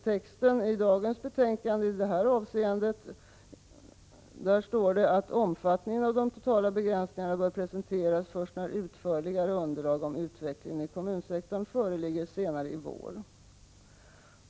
I dagens betänkande står det i det avseendet att omfattningen av de totala begränsningarna bör presenteras först när utförligare underlag om utvecklingen i kommunsektorn föreligger senare i vår.